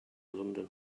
london